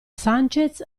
sanchez